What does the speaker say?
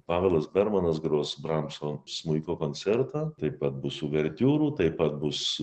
pavelas bermanas gros bramso smuiko koncertą taip pat bus uvertiūrų taip pat bus